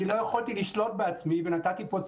אני לא יכולתי לשלוט בעצמי ונתתי פה ציונים,